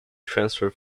transfer